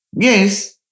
Yes